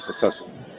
successful